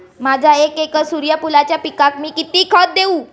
माझ्या एक एकर सूर्यफुलाच्या पिकाक मी किती खत देवू?